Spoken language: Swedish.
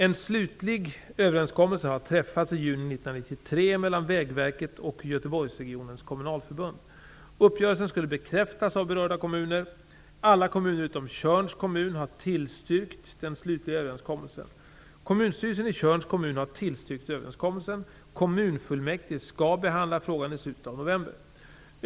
En slutlig överenskommelse har träffats i juni 1993 mellan Tjörns kommun har tillstyrkt den slutliga överenskommelsen. Kommunstyrelsen i Tjörns kommun har tillstyrkt överenskommelsen, kommunfullmäktige skall behandla frågan i slutet av november.